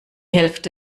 hälfte